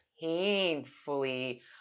painfully